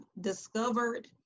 discovered